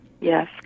Yes